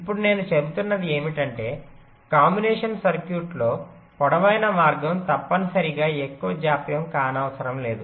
ఇప్పుడు నేను చెబుతున్నది ఏమిటంటే కాంబినేషన్ సర్క్యూట్లో పొడవైన మార్గం తప్పనిసరిగా ఎక్కువ జాప్యం కానవసరం లేదు